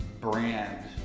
brand